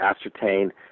ascertain